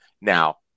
Now